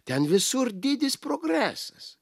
ten visur didis progresas